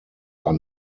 are